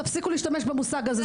תפסיקו להשתמש במושג הזה.